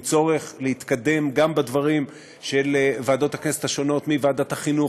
עם צורך להתקדם גם בדברים של ועדות הכנסת השונות: ועדת החינוך,